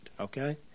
okay